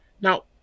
Now